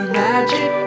magic